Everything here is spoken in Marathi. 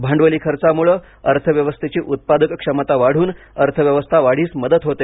भांडवली खर्चामुळे अर्थव्यवस्थेची उत्पादक क्षमता वाढून अर्थव्यवस्था वाढीस मदत होते